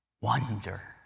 wonder